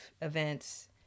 events